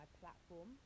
platform